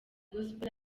gospel